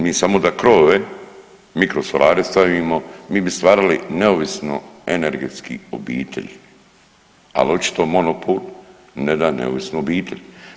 Mi samo da krovove, mikrosolare stavimo, mi bi stvarali neovisne energetske obitelji, al očito monopol ne da neovisnu obitelj.